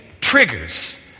triggers